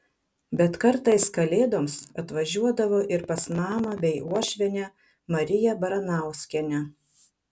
bet kartais kalėdoms atvažiuodavo ir pas mamą bei uošvienę mariją baranauskienę